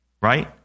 Right